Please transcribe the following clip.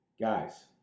Guys